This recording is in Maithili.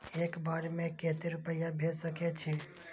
एक बार में केते रूपया भेज सके छी?